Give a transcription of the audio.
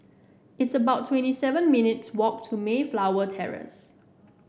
it's about twenty seven minutes' walk to Mayflower Terrace